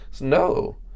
No